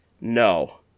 no